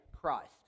Christ